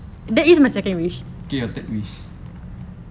okay your third wish